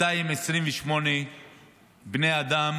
228 בני אדם